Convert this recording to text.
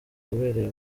wabereye